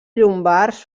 llombards